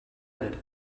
added